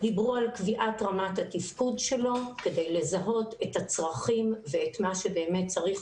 דיברו על קביעת רמת התפקוד שלו כדי לזהות את הצרכים ואת מה שבאמת צריך